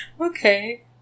Okay